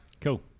Cool